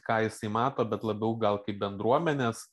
ką jisai mato bet labiau gal kaip bendruomenės